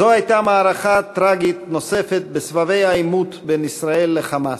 זו הייתה מערכה טרגית נוספת בסבבי העימות בין ישראל ל"חמאס".